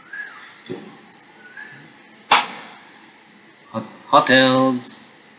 hot~ hotels